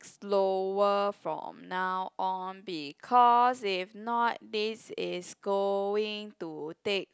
slower from now on because if not this is going to take